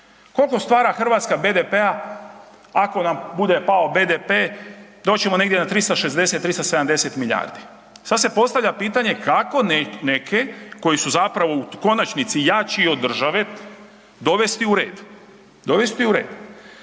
Koliko stvara Hrvatska BDP-a? Ako nam bude pao BDP doći ćemo negdje na 360, 370 milijardi. Sada se postavlja pitanje kako neke koji su u konačnici jači od države dovesti u red?